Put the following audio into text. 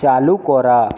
চালু করা